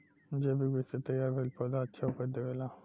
जैविक विधि से तैयार भईल पौधा अच्छा उपज देबेला